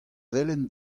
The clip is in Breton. velen